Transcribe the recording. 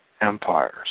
empires